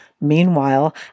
Meanwhile